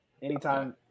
Anytime